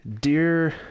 Dear